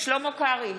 שלמה קרעי,